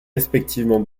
respectivement